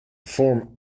form